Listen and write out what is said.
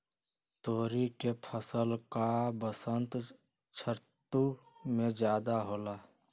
तोरी के फसल का बसंत ऋतु में ज्यादा होला?